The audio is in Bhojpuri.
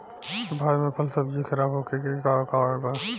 भारत में फल सब्जी खराब होखे के का कारण बा?